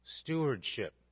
Stewardship